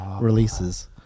releases